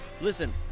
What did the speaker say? Listen